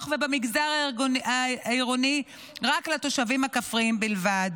ובמגזר העירוני אלא לתושבים הכפריים בלבד.